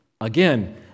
Again